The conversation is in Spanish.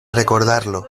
recordarlo